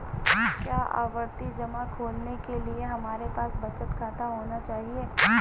क्या आवर्ती जमा खोलने के लिए हमारे पास बचत खाता होना चाहिए?